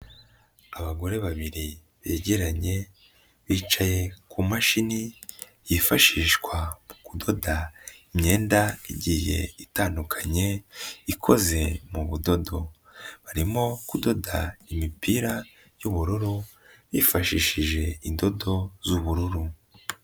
Abagore babiri begeranye bicaye ku mashini yifashishwa mu kudoda imyenda igiheye itandukanye ikoze mu budodo barimo kudoda imipira y'ubururu bifashishije indodo z'ubururu.